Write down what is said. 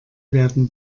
werden